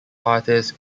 artist